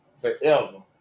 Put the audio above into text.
Forever